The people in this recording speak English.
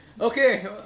Okay